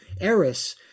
Eris